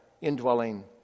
indwelling